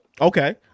Okay